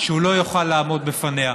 שהוא לא יוכל לעמוד בפניה.